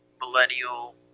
millennial